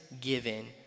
given